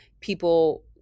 people